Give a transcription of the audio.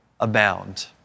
Abound